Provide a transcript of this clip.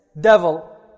devil